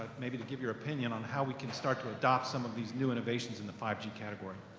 maybe to give your opinion on how we can start to adopt some of these new innovations in the five g category?